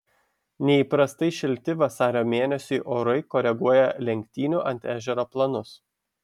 neįprastai šilti vasario mėnesiui orai koreguoja lenktynių ant ežero planus